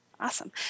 Awesome